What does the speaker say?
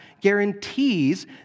guarantees